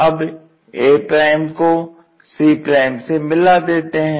अब a को c से मिला देते है